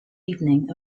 evening